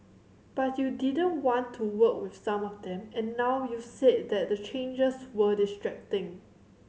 but you didn't want to work with some of them and now you've said that the changes were distracting